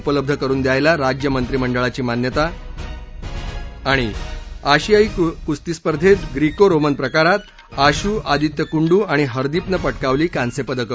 उपलब्ध करून द्यायला राज्यमंत्रिमंडळाची मान्यता आशियायी कुस्ती स्पर्धेत ग्रेको रोमन प्रकारात आशु आदित्य कुंडू आणि हरदीपनं प क्रिावली कांस्य पदकं